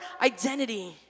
identity